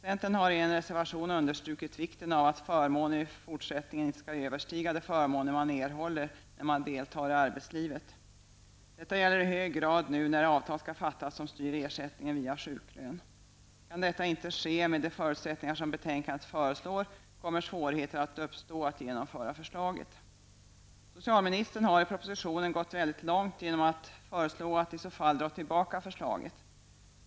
Centern har i en reservation understrukit vikten av att förmåner i fortsättningen inte skall överstiga de förmåner man erhåller när man deltar i arbetslivet. Detta gäller i hög grad nu när avtal skall träffas som styr ersättningen via sjuklön. Kan detta inte ske med de förutsättningar som betänkandet föreslår, kommer svårigheter att genomföra förslaget att uppstå. Socialministern har i propositionen gått väldigt långt genom att föreslå att i så fall dra tillbaka förslaget.